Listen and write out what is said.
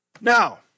Now